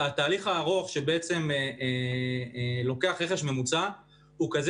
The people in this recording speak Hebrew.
התהליך הארוך שלוקח רכש ממוצע הוא כזה